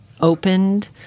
opened